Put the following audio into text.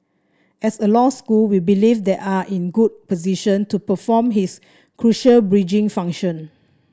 as a law school we believe that are in a good position to perform his crucial bridging function